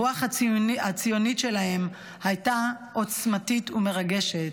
הרוח הציונית שלהם הייתה עוצמתית ומרגשת,